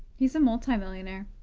he's a multi-millionaire.